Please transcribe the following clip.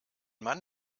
mann